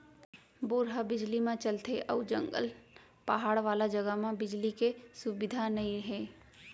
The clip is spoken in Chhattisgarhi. बोर ह बिजली म चलथे अउ जंगल, पहाड़ वाला जघा म बिजली के सुबिधा नइ हे